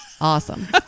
Awesome